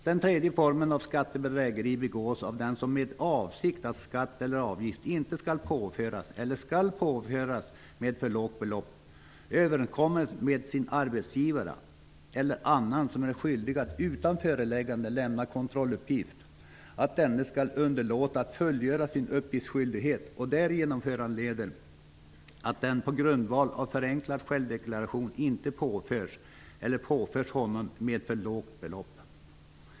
Den tredje formen av skattebedrägeri begås av den som med avsikt att skatt eller avgift inte skall påföras eller skall påföras med för lågt belopp överenskommer med sin arbetsgivare eller annan som är skyldig att utan föreläggande lämna kontrolluppgift, att denne skall underlåta att fullgöra sin uppgiftsskyldighet, och därigenom föranleder att skatt på grundval av förenklad självdeklaration inte påförs eller påförs honom med för lågt belopp.